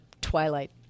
Twilight